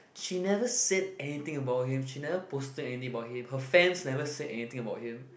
she never said anything about him she never posted anything about him her fans never said anything about him